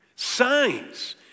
signs